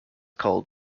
called